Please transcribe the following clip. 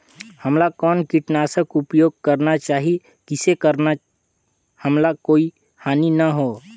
हमला कौन किटनाशक के उपयोग करन चाही जिसे कतना हमला कोई हानि न हो?